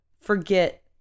forget